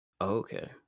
Okay